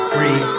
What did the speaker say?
Free